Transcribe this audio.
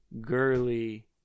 girly